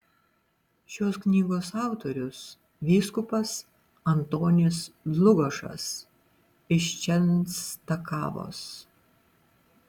šios knygos autorius vyskupas antonis dlugošas iš čenstakavos